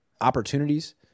opportunities